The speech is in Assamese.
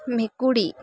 মেকুৰী